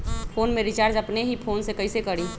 Phone में recharge अपने ही फ़ोन से कईसे करी?